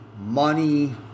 money